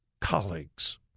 colleagues